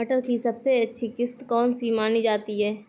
मटर की सबसे अच्छी किश्त कौन सी मानी जाती है?